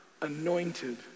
anointed